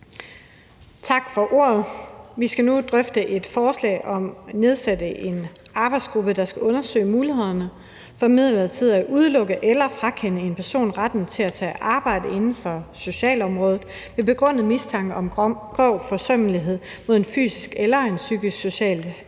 Tak for ordet. Vi skal nu drøfte et forslag om at nedsætte en arbejdsgruppe, der skal undersøge mulighederne for midlertidigt at udelukke en person fra eller frakende en person retten til at tage arbejde inden for socialområdet ved begrundet mistanke om grov forsømmelighed mod en fysisk eller en psykisk socialt